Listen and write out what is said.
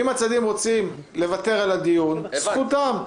אם הצדדים רוצים לוותר על הדיון, זכותם.